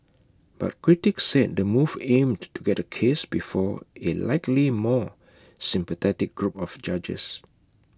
but critics said the move aimed to get the case before A likely more sympathetic group of judges